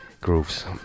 grooves